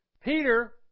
Peter